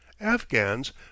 Afghans